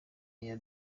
iya